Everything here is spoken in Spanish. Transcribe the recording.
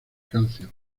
calcio